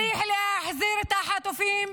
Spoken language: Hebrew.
-- שיצליח להחזיר את החטופים,